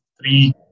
three